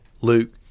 Luke